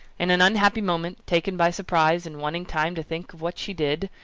in an unhappy moment, taken by surprise, and wanting time to think of what she did,